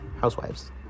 Housewives